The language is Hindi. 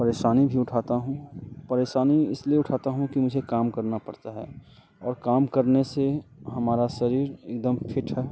परेशानी भी उठाता हूँ परेशानी इसलिए उठाता हूँ कि मुझे काम करना पड़ता है और काम करने से हमारा शरीर एक दम फिट है